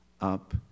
up